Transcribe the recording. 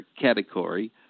category